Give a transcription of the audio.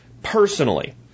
Personally